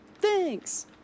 Thanks